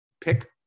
Pick